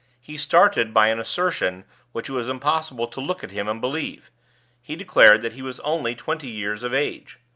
he started by an assertion which it was impossible to look at him and believe he declared that he was only twenty years of age.